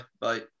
Bye